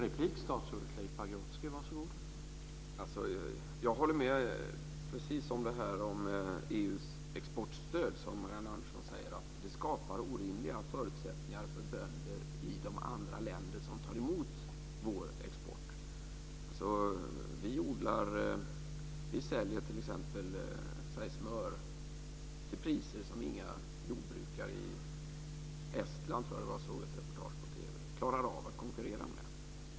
Herr talman! Jag håller med Marianne Andersson om EU:s exportstöd, det skapar orimliga förutsättningar för bönder i de andra länder som tar emot vår export. Vi säljer t.ex. smör till priser som inga jordbrukare i Estland klarar av att konkurrera med.